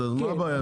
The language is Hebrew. אז מה הבעיה עם זה?